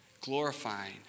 glorifying